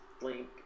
link